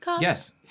Yes